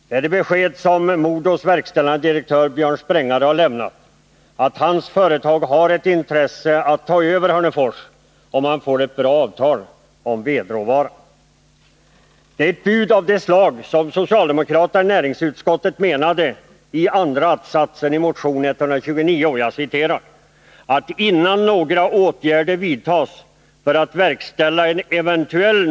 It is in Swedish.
Det grundar sig på det besked MoDo:s verkställande direktör Björn Sprängare lämnat, att hans företag har ett intresse att ta över Hörnefors, om man får ett bra avtal om vedråvara. Det är ett bud av det slag som socialdemokraterna i näringsutskottet avsåg i andra att-satsen i motion 129: ”——-— att, innan några åtgärder vidtas för att verkställa en ev.